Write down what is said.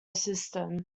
system